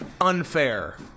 unfair